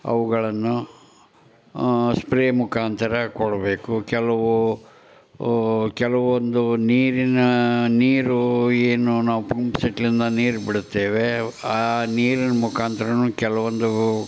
ಅವುಗಳನ್ನು ಸ್ಪ್ರೇ ಮುಖಾಂತರ ಕೊಡಬೇಕು ಕೆಲವು ಕೆಲವೊಂದು ನೀರಿನ ನೀರು ಏನು ನಾವು ಪಂಪ್ಸೆಟ್ಲಿಂದ ನೀರು ಬಿಡ್ತೇವೆ ಆ ನೀರಿನ ಮುಖಾಂತ್ರವೂ ಕೆಲ್ವೊಂದು